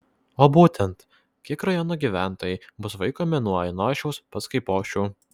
o būtent kiek rajono gyventojai bus vaikomi nuo ainošiaus pas kaipošių